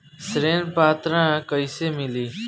ऋण पात्रता कइसे मिली?